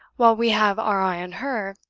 while we have our eye on her,